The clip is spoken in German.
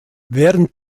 während